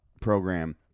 program